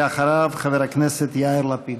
ואחריו, חבר הכנסת יאיר לפיד.